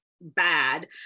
bad